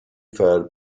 third